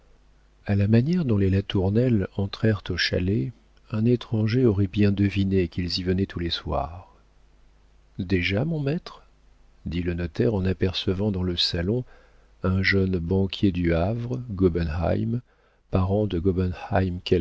a la manière dont les latournelle entrèrent au chalet un étranger aurait bien deviné qu'ils y venaient tous les soirs déjà mon maître dit le notaire en apercevant dans le salon un jeune banquier du havre gobenheim parent de